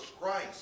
Christ